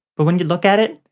but when you look at it,